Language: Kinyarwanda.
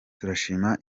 turashima